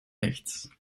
rechts